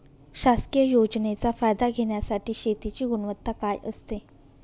शासकीय योजनेचा फायदा घेण्यासाठी शेतीची गुणवत्ता काय असते?